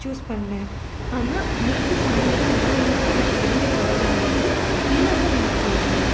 choose பண்ணிணேன் ஆனால் நேத்து சாய்ந்தரம் நாலு மணிக்கு எனக்கு டெலிவரி வர வேண்டியது இன்னமும் எனக்கு வரலை